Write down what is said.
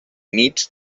nits